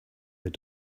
they